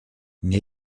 nie